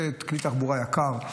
זה כלי תחבורה יקר,